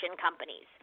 companies